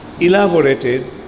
elaborated